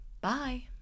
bye